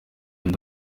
undi